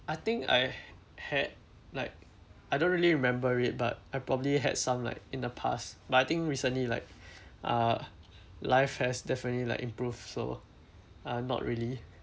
I think I had like I don't really remember it but I probably had some like in the past but I think recently like uh life has definitely like improved so uh not really